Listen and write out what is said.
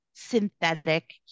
synthetic